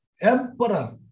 emperor